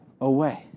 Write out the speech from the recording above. away